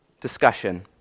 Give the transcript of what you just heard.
discussion